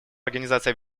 организации